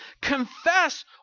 Confess